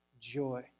joy